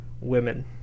Women